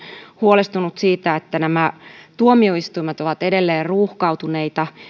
huolestunut siitä että tuomioistuimet ovat edelleen ruuhkautuneita